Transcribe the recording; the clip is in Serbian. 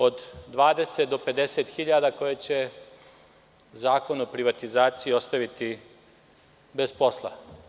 Od 20 do 50 hiljada koje će Zakon o privatizaciji ostaviti bez posla.